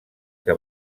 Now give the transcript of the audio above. que